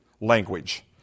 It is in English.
language